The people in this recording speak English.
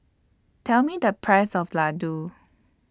Tell Me The Price of Ladoo